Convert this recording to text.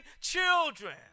children